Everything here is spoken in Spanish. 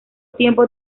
tiempo